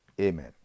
Amen